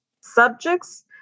subjects